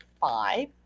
five